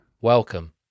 Welcome